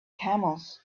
camels